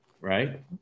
right